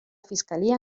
fiscalía